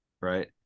right